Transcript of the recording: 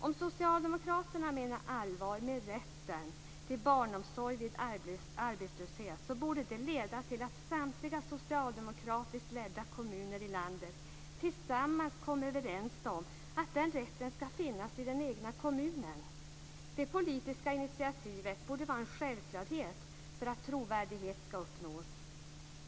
Om socialdemokraterna menar allvar med rätten till barnomsorg vid arbetslöshet borde det leda till att samtliga socialdemokratiskt ledda kommuner i landet tillsammans kommer överens om att den rätten skall finnas i den egna kommunen. Det politiska initiativet borde vara en självklarhet för att trovärdighet skall uppnås.